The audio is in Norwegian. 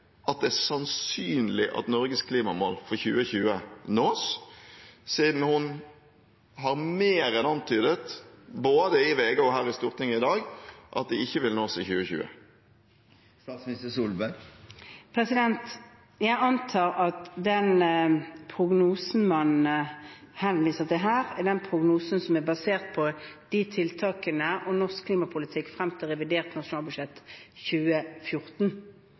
at det er sannsynlig at Norges klimamål for 2020 nås, siden hun har mer enn antydet, både i VG og her i Stortinget i dag, at de ikke vil nås i 2020. Jeg antar at den prognosen man henviser til her, er den prognosen som er basert på tiltak og norsk klimapolitikk frem til revidert nasjonalbudsjett 2014.